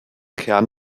kern